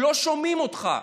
לא שומעים אותך.